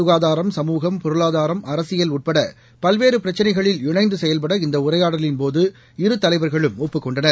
சுகாதாரம் சமூகம் பொருளாதாரம் அரசியல் உட்பட பல்வேறு பிரச்சினைகளில் இணைந்து செயல்பட இந்த உரையாடலின்போது இரு தலைவர்களும் ஒப்புக் கொண்டனர்